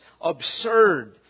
absurd